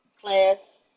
class